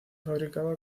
fabricaba